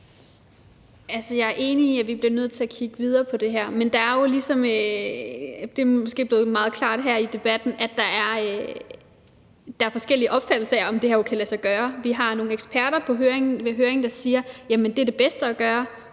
Jeg er enig i, at vi bliver nødt til at kigge videre på det her. Det er måske blevet meget klart her i debatten, at der er forskellige opfattelser af, om det her kan lade sig gøre. Vi har nogle eksperter ved høringen, der siger: Jamen det er det bedste at gøre.